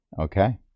Okay